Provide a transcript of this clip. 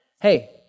Hey